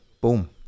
boom